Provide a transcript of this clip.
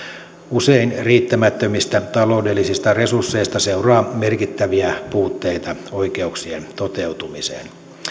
usein riittämättömistä taloudellisista resursseista seuraa merkittäviä puutteita oikeuksien toteutumiseen